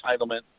entitlement